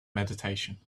meditation